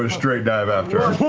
so straight dive after